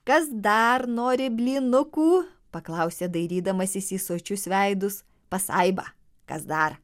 kas dar nori blynukų paklausė dairydamasis į sočius veidus pasaiba kas dar